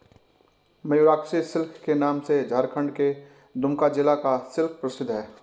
Mayurakshi silk के नाम से झारखण्ड के दुमका जिला का सिल्क प्रसिद्ध है